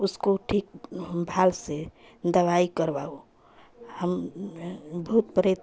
उसको ठीक ढाल से दवाई करवाओ हम भूत प्रेत